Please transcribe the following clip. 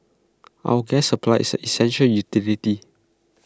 our gas supply is an essential utility